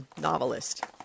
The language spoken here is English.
novelist